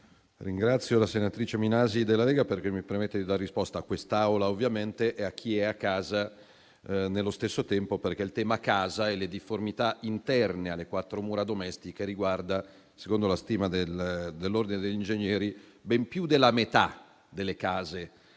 ringrazio la senatrice Minasi della Lega, che mi permette di dare risposta a questa Assemblea, ovviamente, e a chi è a casa nello stesso tempo, perché il tema casa e le difformità interne alle quattro mura domestiche riguardano - secondo una stima dell'Ordine degli ingegneri - ben più della metà delle case